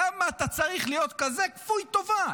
למה אתה צריך להיות כזה כפוי טובה?